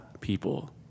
people